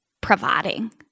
providing